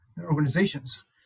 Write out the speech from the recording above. organizations